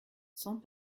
sans